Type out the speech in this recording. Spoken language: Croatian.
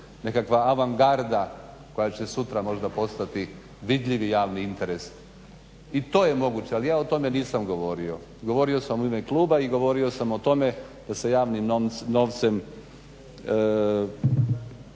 nekakva avangarda koja će sutra možda postati vidljivi javni interes. I to je moguće, ali ja o tome nisam govorio. Govorio sam u ime kluba i govorio sam o tome da se javnim novcem